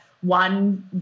one